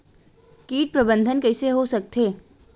कीट प्रबंधन कइसे हो सकथे?